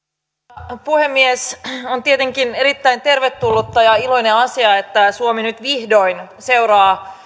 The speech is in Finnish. arvoisa puhemies on tietenkin erittäin tervetullutta ja iloinen asia että suomi nyt vihdoin seuraa